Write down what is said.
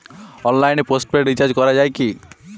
অনলাইনে postpaid recharge করা যায় কি?